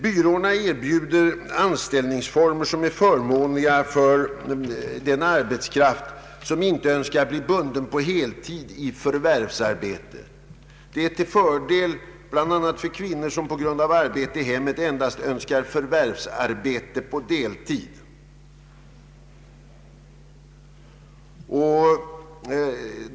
Byråerna erbjuder anställningsformer, vilka är förmånliga för den arbetskraft som inte önskar bli bunden på heltid i förvärvsarbete. Dessa anställningsformer är till fördel bl.a. för kvinnor som på grund av arbete i hemmet endast önskar arbete på deltid.